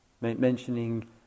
mentioning